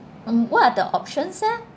mm what are the options eh